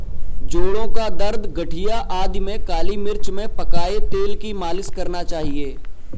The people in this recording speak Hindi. जोड़ों का दर्द, गठिया आदि में काली मिर्च में पकाए तेल की मालिश करना चाहिए